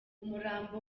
umurambo